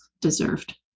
deserved